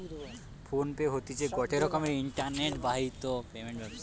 phone pay হতিছে গটে রকমের ইন্টারনেট বাহিত পেমেন্ট ব্যবস্থা